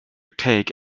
take